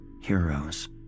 heroes